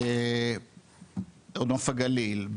בנוף הגליל,